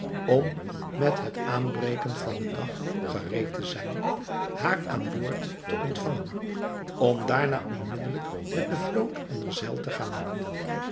om met het aanbreken van den dag gereed te zijn haar aan boord te ontvangen om daarna onmiddelijk met de vloot onder zeil te gaan